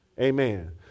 Amen